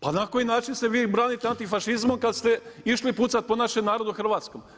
Pa na koji način ste vi branitelj antifašizmu, kad ste išli pucati po našem narodu Hrvatskom?